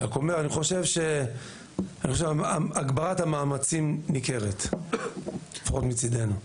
אני רק חושב שהגברת המאמצים ניכרת, לפחות מצדנו.